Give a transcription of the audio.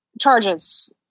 charges